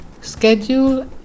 schedule